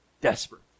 Desperate